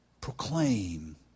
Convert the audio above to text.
proclaim